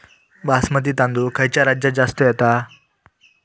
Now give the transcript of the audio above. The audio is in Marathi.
बासमती तांदूळ खयच्या राज्यात जास्त येता?